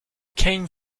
came